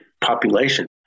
population